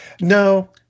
no